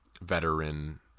veteran